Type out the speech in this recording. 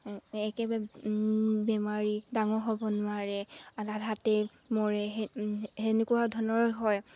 একেবাৰে বেমাৰী ডাঙৰ হ'ব নোৱাৰে মৰে সেই তেনেকুৱা ধৰণৰ হয়